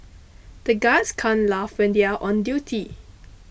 the guards can't laugh when they are on duty